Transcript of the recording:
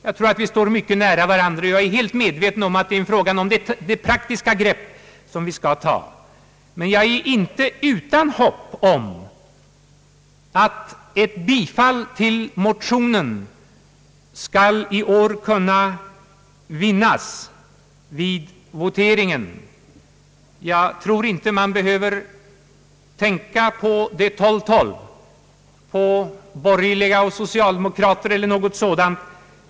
Jag tror att uppfattningarna står varandra mycket nära, och jag är helt medveten om att det är fråga om det praktiska grepp som vi bör ta, men jag är inte utan hopp om att ett bifall till motionen i år skall kunna vinnas vid voteringen. Jag tror inte att man behöver tänka på de 12 mot 12, på borgerliga och socialdemokrater eller någonting sådant.